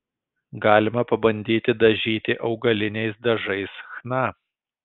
galima pabandyti dažyti augaliniais dažais chna